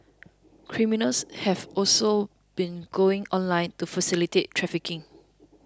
criminals have also been going online to facilitate trafficking